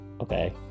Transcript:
Okay